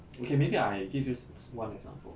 okay maybe I give you one example